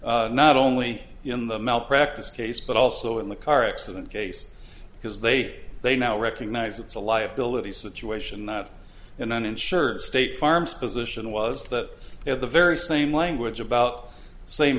not only in the malpractise case but also in the car accident case because they they now recognize it's a liability situation that an uninsured state farm's position was that at the very same language about same